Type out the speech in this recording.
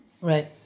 right